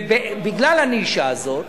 ובגלל הנישה הזאת